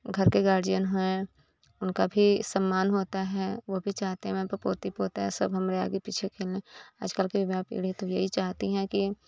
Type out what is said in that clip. घर के गार्जियन हैं उनका भी सम्मान होता है वह भी चाहते हैं हमको पोती पोता सब हमरा आगे पीछे खेलें आज कल की युवा पीढ़ी तो यही चाहती है कि